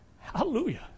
Hallelujah